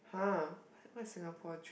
!huh! what what Singapore dream